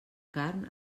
carn